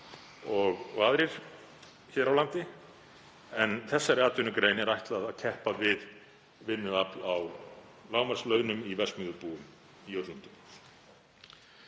og aðrir hér á landi, en þessari atvinnugrein er ætlað að keppa við vinnuafl á lágmarkslaunum í verksmiðjubúum í útlöndum.